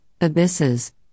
abysses